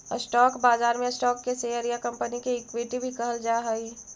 stock बाजार में stock के शेयर या कंपनी के इक्विटी भी कहल जा हइ